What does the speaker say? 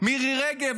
מירי רגב,